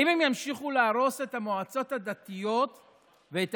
האם הם ימשיכו להרוס את המועצות הדתיות ואת